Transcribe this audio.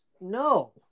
no